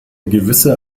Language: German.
gewisse